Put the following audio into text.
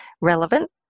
relevant